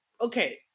Okay